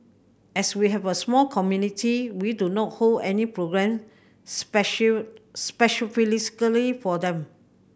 as we have a small community we do not hold any programme special for them